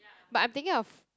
but I'm thinking of